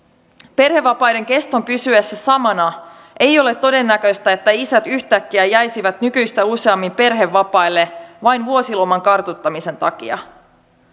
perhevapaiden keston pysyessä samana ei ole todennäköistä että isät yhtäkkiä jäisivät nykyistä useammin perhevapaille vain vuosiloman kartuttamisen takia